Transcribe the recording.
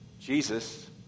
Jesus